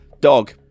Dog